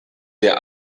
der